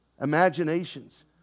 Imaginations